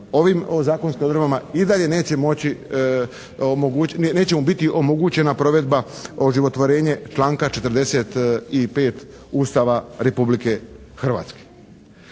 ovim zakonskim odredbama i dalje neće mu biti omogućena provedba oživotvorenje članka 45. Ustava Republike Hrvatske.